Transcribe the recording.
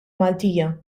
maltija